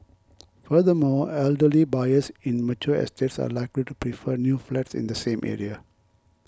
furthermore elderly buyers in mature estates are likely to prefer new flats in the same area